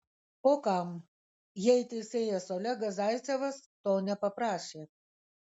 o kam jei teisėjas olegas zaicevas to nepaprašė